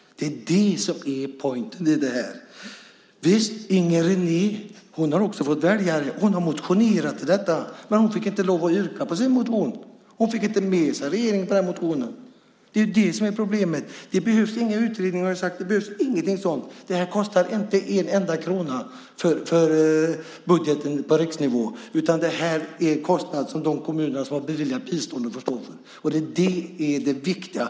Det är det som är "pointen" i det här. Visst - Inger René har också väljare. Hon har motionerat om detta, men hon fick inte yrka på sin motion. Hon fick inte med sig regeringen på den motionen. Det är ju det som är problemet. Det behövs inga utredningar, har jag sagt. Det behövs ingenting sådant. Det här kostar inte en enda krona för budgeten på riksnivå, utan det här är en kostnad som de kommuner som har beviljat biståndet får stå för. Det är det som är det viktiga.